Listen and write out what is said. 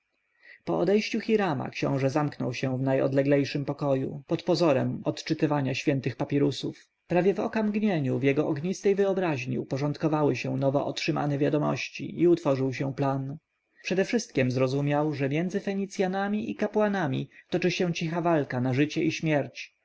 po odejściu hirama książę zamknął się w najodleglejszym pokoju pod pozorem odczytywania świętych papirusów prawie w okamgnieniu w jego ognistej wyobraźni uporządkowały się nowo otrzymane wiadomości i utworzył się plan przedewszystkiem zrozumiał że między fenicjanami i kapłanami toczy się cicha walka na życie i śmierć